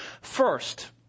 First